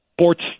sports